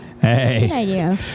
Hey